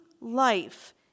life